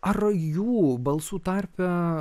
ar jų balsų tarpe